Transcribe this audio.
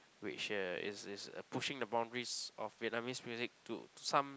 which uh is is uh pushing the boundaries of Vietnamese music to some